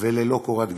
וללא קורת גג.